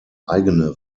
eigene